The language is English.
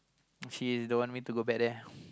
she don't want me to go back there